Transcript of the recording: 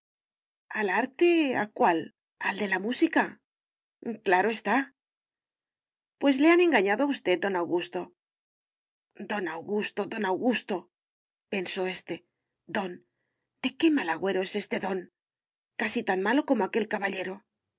al arte a cuál al de la música claro está pues le han engañado a usted don augusto don augusto don augusto pensó éste don de qué mal agüero es este don casi tan malo como aquel caballero